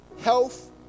health